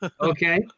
Okay